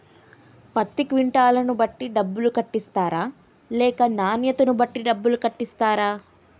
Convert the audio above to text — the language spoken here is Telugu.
పత్తి క్వింటాల్ ను బట్టి డబ్బులు కట్టిస్తరా లేక నాణ్యతను బట్టి డబ్బులు కట్టిస్తారా?